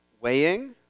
weighing